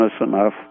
enough